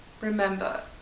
Remember